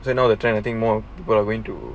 so now the trend I think more people are going to